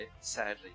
sadly